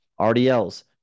RDLs